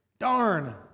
Darn